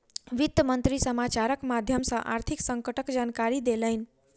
वित्त मंत्री समाचारक माध्यम सॅ आर्थिक संकटक जानकारी देलैन